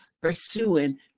pursuing